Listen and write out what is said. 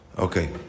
Okay